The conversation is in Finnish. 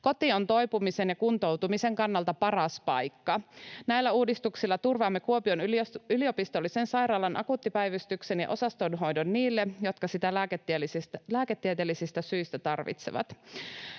Koti on toipumisen ja kuntoutumisen kannalta paras paikka. Näillä uudistuksilla turvaamme Kuopion yliopistollisen sairaalan akuuttipäivystyksen ja osastohoidon niille, jotka sitä lääketieteellisistä syistä tarvitsevat.